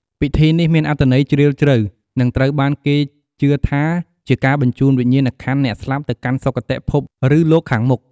ពិធីនេះមានអត្ថន័យជ្រាលជ្រៅ និងត្រូវបានគេជឿថាជាការបញ្ជូនវិញ្ញាណក្ខន្ធអ្នកស្លាប់ទៅកាន់សុគតិភពឬលោកខាងមុខ។